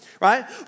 Right